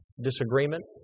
disagreement